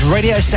Radio